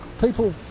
people